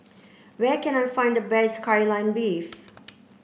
where can I find the best Kai Lan Beef